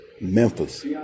Memphis